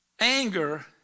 Anger